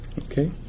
Okay